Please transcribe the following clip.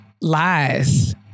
lies